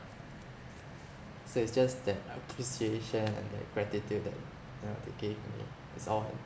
so it's just that appreciation and that gratitude that yeah that gave me it's all